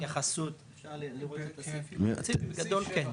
בגדול כן.